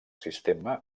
sistema